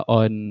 on